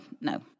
No